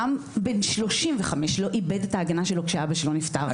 גם בן 35 לא איבד את ההגנה שלו כשאבא שלו נפטר.